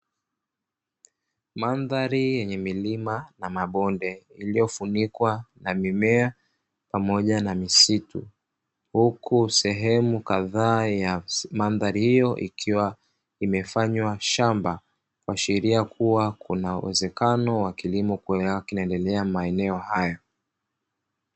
Mandhari yenye milima na mabonde iliyofunikwa na mimea pamoja na misitu, huku sehemu kadhaa ya mandhari hiyo ikiwa imefanywa shamba, kuashiria kuwa kuna uwezekano wa kilimo kuwa kinaendelea maeneo hayo.